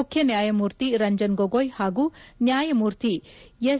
ಮುಖ್ಯನ್ನಾಯಮೂರ್ತಿ ರಂಜನ್ ಗೊಗೋಯ್ ಹಾಗೂ ನ್ವಾಯಮೂರ್ತಿ ಎಸ್